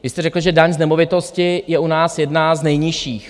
Vy jste řekl, že daň z nemovitosti je u nás jedna z nejnižších.